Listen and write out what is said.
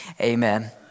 amen